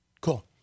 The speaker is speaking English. Cool